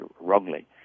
wrongly